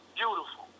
beautiful